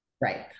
Right